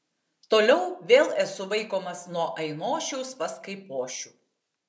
toliau vėl esu vaikomas nuo ainošiaus pas kaipošių